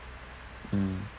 mm